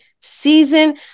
season